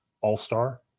all-star